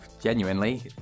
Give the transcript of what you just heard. Genuinely